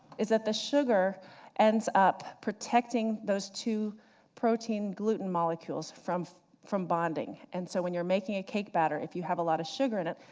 is that the sugar ends up protecting those two protein gluten molecules from from bonding. and so when you're making a cake batter, if you have a lot of sugar in it,